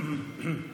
האמונים: